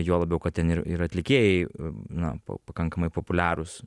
juo labiau kad ten ir ir atlikėjai na pa pakankamai populiarūs